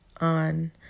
on